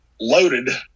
loaded